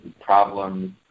problems